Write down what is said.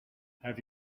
have